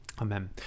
Amen